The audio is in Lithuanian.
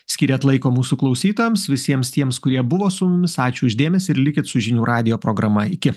skyrėt laiko mūsų klausytojams visiems tiems kurie buvo su mumis ačiū už dėmesį ir likit su žinių radijo programa iki